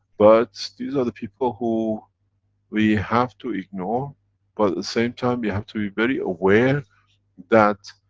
but, these are the people who we have to ignore but at the same time we have to be very aware that